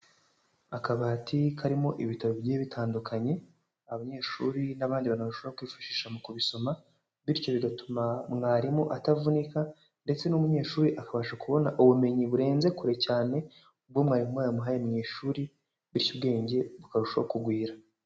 Akabati karimo ibitabo bigiye bitandukanye abanyeshuri n'abandi bantu bashobora kwifashisha mu kubisoma, bityo bigatuma mwarimu atavunika ndetse n'umunyeshuri akabasha kubona ubumenyi burenze kure cyane ubwo mwarimu yamuhaye mu ishuri, bityo ubwenge bukarushaho kugwira.